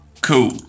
cool